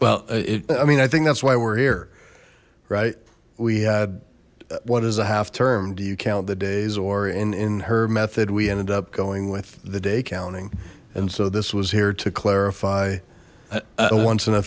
well i mean i think that's why we're here right we had what is a half term do you count the days or in in her method we ended up going with the day counting and so this was here to clarify a once in a